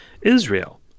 Israel